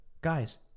guys